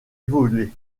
évoluer